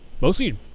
mostly